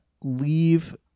leave